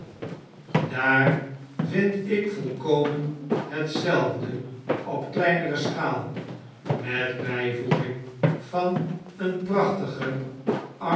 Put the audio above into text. daar vind ik volkomen hetzelfde op kleinere schaal met bflvoeging van een prachtigen